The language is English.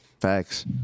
Facts